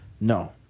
No